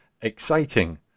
exciting